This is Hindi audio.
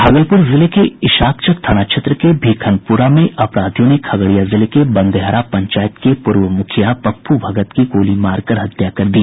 भागलपुर जिले के ईशाकचक थाना क्षेत्र के भीखनपुर में अपराधियों ने खगड़िया जिले के बंदेहरा पंचायत के पूर्व मुखिया पप्पू भगत की गोली मारकर हत्या कर दी